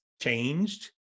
changed